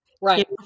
Right